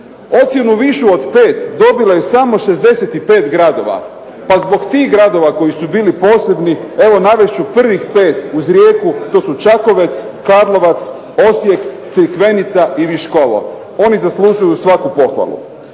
Ocjenu višu od 5 dobilo je samo 65 gradova pa zbog tih gradova koji su bili posljednji, evo navest ću prvih pet, uz Rijeku to su Čakovec, Karlovac, Osijek, Crikvenica i Viškovo. Oni zaslužuju svaku pohvalu.